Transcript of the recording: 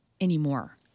anymore